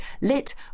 lit